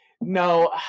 No